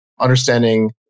Understanding